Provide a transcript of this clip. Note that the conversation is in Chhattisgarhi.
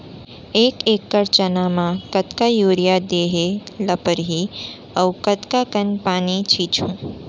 एक एकड़ चना म कतका यूरिया देहे ल परहि अऊ कतका कन पानी छींचहुं?